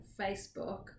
Facebook